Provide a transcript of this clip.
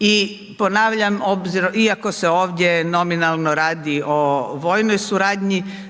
i ponavljam, obzirom, iako se ovdje nominalno radi o vojnoj suradnji,